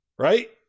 right